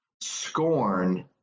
Scorn